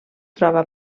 troba